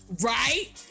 Right